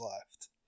left